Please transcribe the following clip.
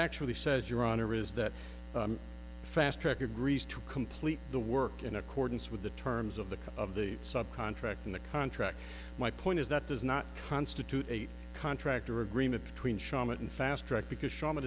actually says your honor is that fast track agrees to complete the work in accordance with the terms of the of the sub contract in the contract my point is that does not constitute a contract or agreement between shawmut and fastrack because